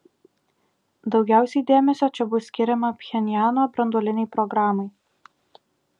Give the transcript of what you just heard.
daugiausiai dėmesio čia bus skiriama pchenjano branduolinei programai